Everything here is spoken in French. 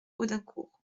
audincourt